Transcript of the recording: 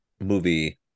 movie